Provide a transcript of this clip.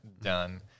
done